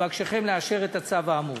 אבקשכם לאשר את הצו האמור.